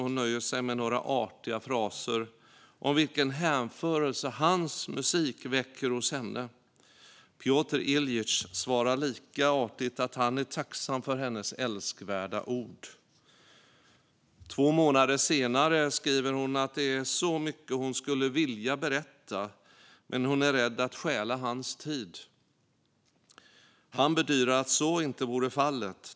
Hon nöjer sig därför med några artiga fraser om vilken hänförelse hans musik väcker hos henne. Pjotr Iljitj svarar lika artigt att han är tacksam för hennes älskvärda ord. Två månader senare skriver hon att det är så mycket hon skulle vilja berätta men att hon är rädd att stjäla hans tid. Han bedyrar att så inte vore fallet.